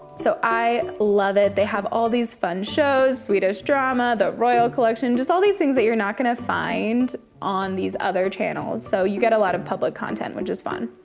so i love it. they have all these fun shows, swedish drama, the royal collection, just all these things that you're not gonna find on these other channels. so you get a lot of public content, which is fun.